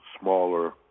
smaller